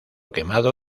quemado